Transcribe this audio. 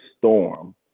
Storm